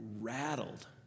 rattled